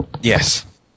Yes